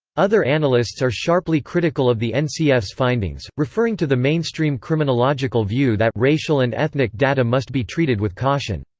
other analysts are sharply sharply critical of the and so ncf's findings, referring to the mainstream criminological view that racial and ethnic data must be treated with caution.